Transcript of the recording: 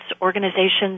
organizations